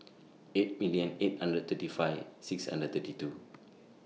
eight million eight hundred thirty five six hundred thirty two